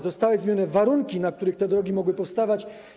Zostały zmienione warunki, na których te drogi mogły powstawać.